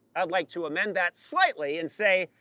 i'd like to amend that slightly and say,